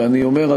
ואני אומר,